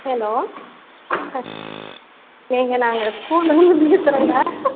hello ஆ ஏங்க நாங்கள் ஸ்கூலேருந்து பேசுகிறோங்க